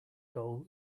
goal